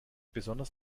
besonders